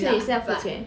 所以也是要付钱